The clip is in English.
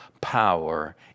power